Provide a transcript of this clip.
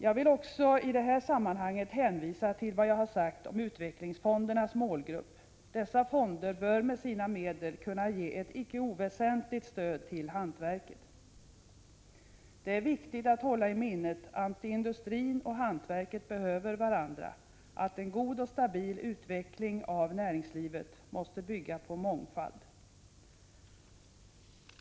Jag vill i det här sammanhanget också hänvisa till vad jag har sagt om utvecklingsfondernas målgrupp. Dessa fonder bör med sina medel kunna ge ett icke oväsentligt stöd till hantverket. Det är viktigt att hålla i minnet att industrin och hantverket behöver varandra och att en god och stabil utveckling av näringslivet måste bygga på mångfald.